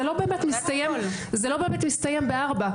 זה לא באמת מסתיים ב-16:00.